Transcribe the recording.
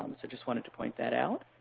um so just wanted to point that out.